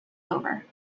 over